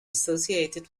associated